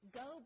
go